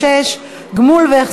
118)